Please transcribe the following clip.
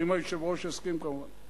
אם היושב-ראש יסכים כמובן.